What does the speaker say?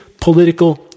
political